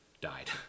died